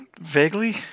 Vaguely